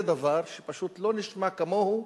זה דבר שפשוט לא נשמע כמוהו